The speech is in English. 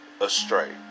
astray